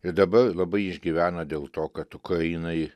ir dabar labai išgyvena dėl to kad ukrainai